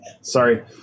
Sorry